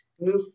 move